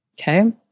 okay